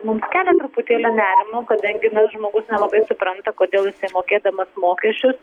mums kelia truputėlį nerimo kadangi tas žmogus nelabai supranta kodėl jisai mokėdamas mokesčius